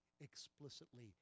explicitly